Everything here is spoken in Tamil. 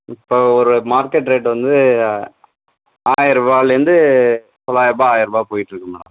இப்போ ஒரு மார்க்கெட் ரேட் வந்து ஆயருவாலந்து தொள்ளாயிருபா ஆயருபா போயிட்டுருக்கு மேடம்